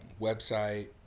website